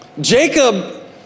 Jacob